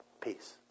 Peace